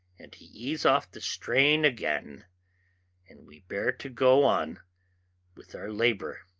and he ease off the strain again and we bear to go on with our labour,